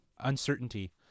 uncertainty